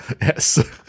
Yes